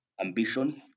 ambitions